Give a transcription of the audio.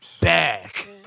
back